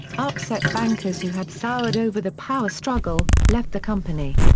upset bankers who had soured over the power struggle, left the company.